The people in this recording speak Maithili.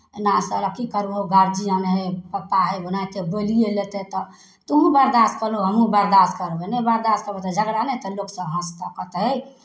एना से की करबहु गार्जियन हइ पप्पा हइ ओनाहिते बोलिए लेतै तऽ तोहूँ बर्दाश्त करहू हमहूँ बर्दाश्त करबै नहि बर्दाश्त करबै तऽ झगड़ा नहि हेतै तऽ लोकसभ हँसतह कहतह हइ